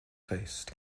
faced